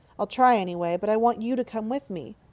i'll try, anyway. but i want you to come with me.